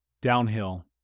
Downhill